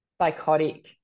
psychotic